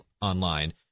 online